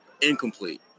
incomplete